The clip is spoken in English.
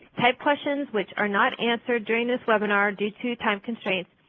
typed questions which are not answered during this webinar due to time constraints,